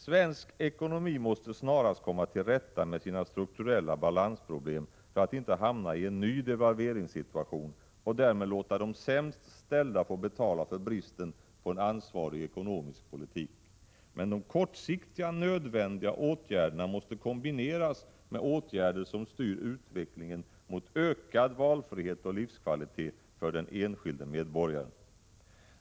Svensk ekonomi måste snarast komma till rätta med sina strukturella balansproblem för att inte hamna i en ny devalveringssituation och därmed låta de sämst ställda få betala för bristen på en ansvarig ekonomisk politik. Men de kortsiktiga nödvändiga åtgärderna måste kombineras med åtgärder som styr utvecklingen mot ökad valfrihet och livskvalitet för den enskilde medborgaren.